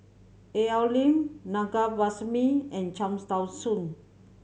Al Lim Na Govindasamy and Cham Tao Soon